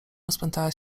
rozpętała